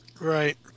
Right